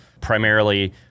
primarily